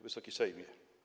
Wysoki Sejmie!